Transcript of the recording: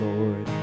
Lord